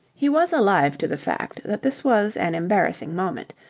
he was alive to the fact that this was an embarrassing moment,